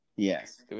Yes